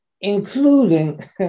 including